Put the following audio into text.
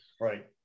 right